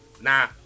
Nah